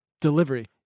Delivery